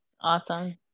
Awesome